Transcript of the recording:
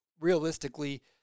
realistically